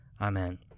Amen